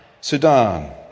Sudan